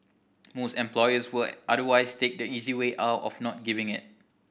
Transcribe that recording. most employers will otherwise take the easy way out of not giving it